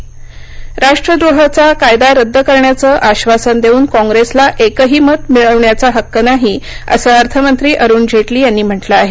अरुण जेटली राष्ट्रद्रोहाचा कायदा रद्द करण्याचं आश्वासन देऊन कॉप्रेसला एकही मत मिळवण्याचा हक्क नाही असं अर्थमंत्री अरुण जेटली यांनी म्हटलं आहे